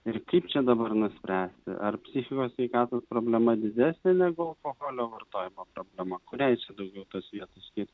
ir kaip čia dabar nuspręsti ar psichikos sveikatos problema didesnė negu alkoholio vartojimo problema kuriai čia daugiau tos vietos skirti